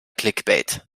clickbait